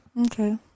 Okay